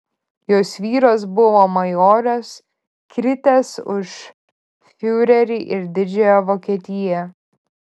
jos vyras buvo majoras kritęs už fiurerį ir didžiąją vokietiją